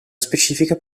specifica